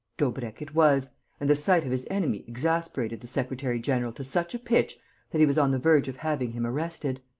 daubrecq it was and the sight of his enemy exasperated the secretary-general to such a pitch that he was on the verge of having him arrested.